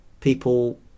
people